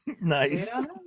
Nice